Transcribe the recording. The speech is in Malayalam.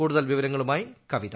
കൂടുതൽ വിവരങ്ങളുമായി കവിത